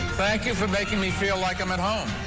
thank you for making me feel like i'm at home.